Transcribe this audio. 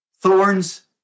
thorns